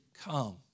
come